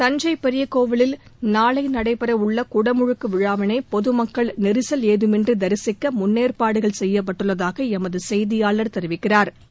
தஞ்சை பெரிய கோயிலில் நாளை நடைபெறவுள்ள குடமுழுக்கு விழாவினை பொதுமக்கள் நெரிசல் ஏதுமின்றி தரிசிக்க முன்னேற்பாடுகள் செய்யப்பட்டுள்ளதாக எமது செய்தியாளா் தெரிவிக்கிறாா்